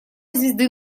звезды